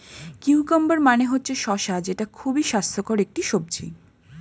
cucumber মানে হচ্ছে শসা যেটা খুবই স্বাস্থ্যকর একটি সবজি